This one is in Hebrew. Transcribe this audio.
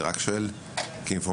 אני רק שואל כאינפורמציה,